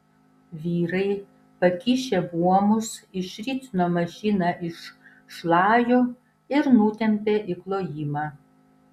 vyrai pakišę buomus išritino mašiną iš šlajų ir nutempė į klojimą